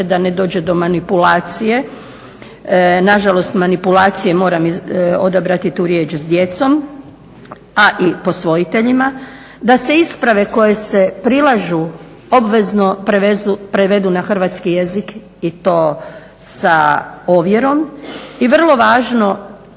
da ne dođe do manipulacije, nažalost manipulacije moram odabrati tu riječ, s djecom a i posvojiteljima, da se isprave koje se prilažu obvezno prevedu na hrvatski jezik i to sa ovjerom i vrlo važno,